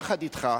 יחד אתך,